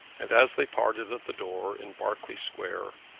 and, as they parted at the door in berkeley square,